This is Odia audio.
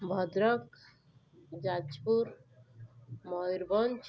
ଭଦ୍ରକ ଯାଜପୁର ମୟୂରଭଞ୍ଜ